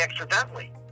accidentally